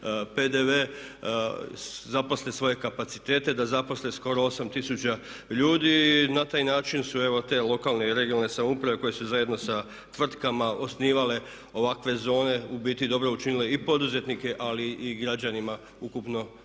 kroz PDV zaposle svoje kapacitete, da zaposle skoro 8 tisuća ljudi i na taj način su evo te lokalne i regionalne samouprave koje su zajedno sa tvrtkama osnivale ovakve zone u biti dobro učinile i poduzetnike ali i građanima ukupno svog